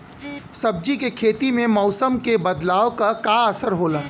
सब्जी के खेती में मौसम के बदलाव क का असर होला?